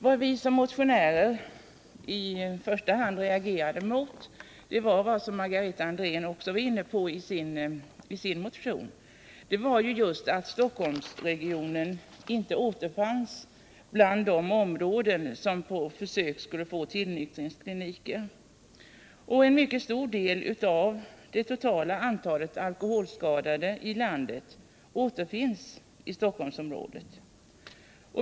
Vad vi som motionärer i första hand reagerade mot i propositionen var, som också Margareta Andrén anförde i sin motion, att Stockholmsregionen icke återfanns bland de områden, som på försök skulle få tillnyktringskliniker. En mycket stor del av det totala antalet alkoholskadade i landet återfinns i Stockholmsområdet.